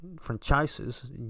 franchises